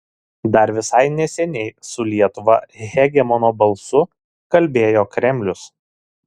dar visai neseniai su lietuva hegemono balsu kalbėjo kremlius